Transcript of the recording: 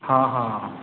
ਹਾਂ ਹਾਂ